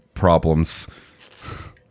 problems